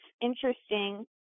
interesting